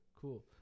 cool